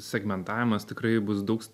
segmentavimas tikrai bus daug